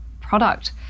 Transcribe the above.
product